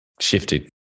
shifted